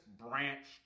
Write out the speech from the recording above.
branch